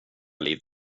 liv